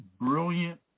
brilliant